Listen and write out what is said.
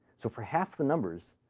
so for half the numbers,